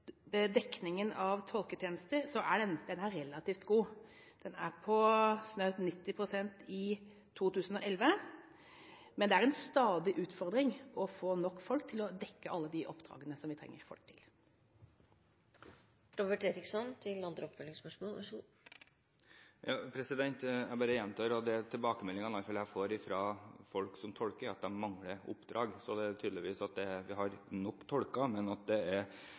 dekningen av tolketjenester, er den relativt god. Den var på snaut 90 pst. i 2011, men det er en stadig utfordring å få nok folk til å ta alle oppdragene vi trenger folk til. Jeg bare gjentar tilbakemeldingene som i hvert fall jeg får fra tolker, at de mangler oppdrag. Vi har tydeligvis nok tolker, og da er mitt spørsmål ganske enkelt: Kan det være slik at det er administreringen av tolkene som er feil? Har